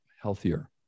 healthier